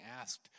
asked